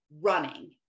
running